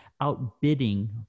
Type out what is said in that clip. outbidding